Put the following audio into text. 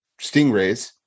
Stingrays